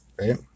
right